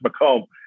Macomb